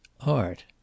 art